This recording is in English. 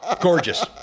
Gorgeous